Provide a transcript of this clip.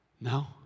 No